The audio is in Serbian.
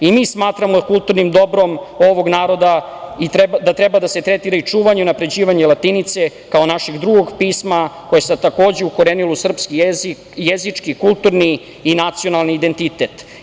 Mi smatramo kulturnim dobrom ovog naroda da treba da se tretira i čuvanje i unapređivanje latinice kao našeg drugog pisma koje se takođe ukorenilo u srpski jezički, kulturni i nacionalni identitet.